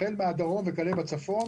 החל מן הדרום וכלה בצפון,